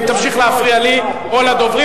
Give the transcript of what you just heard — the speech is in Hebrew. ואם תמשיך להפריע לי או לדוברים,